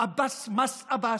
"מס עבאס",